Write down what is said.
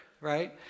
right